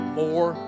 more